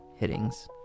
hittings